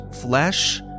flesh